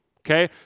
Okay